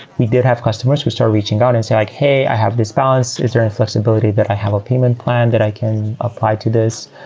we did have customers who started reaching out and said like, hey, i have this balance. is there any flexibility that i have a payment plan that i can apply to this?